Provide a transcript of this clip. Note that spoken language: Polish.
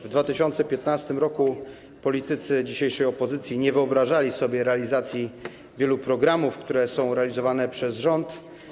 W 2015 r. politycy dzisiejszej opozycji nie wyobrażali sobie realizacji wielu programów, które są realizowane przez rząd.